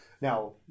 Now